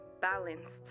balanced